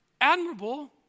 admirable